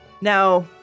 Now